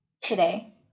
today